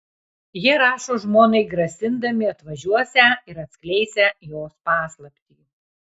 jie rašo žmonai grasindami atvažiuosią ir atskleisią jos paslaptį